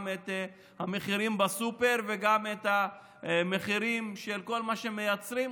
את המחירים בסופר וגם את המחירים של כל מה שמייצרים.